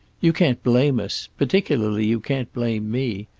you can't blame us. particularly, you can't blame me.